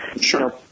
Sure